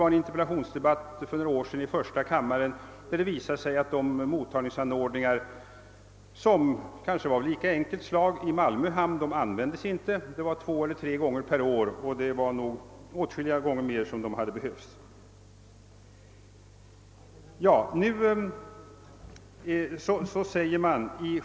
För några år sedan var det en interpellationsdebatt i första kammaren varvid det framkom att mottagningsanordningarna i Malmö hamn, som kanske var av lika enkelt slag, inte användes mer än två till tre gånger om året. De hade nog behövt brukas åtskilligt fler gånger.